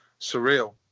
surreal